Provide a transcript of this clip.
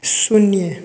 शून्य